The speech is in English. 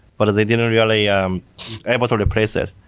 but they didn't really um able to replace it.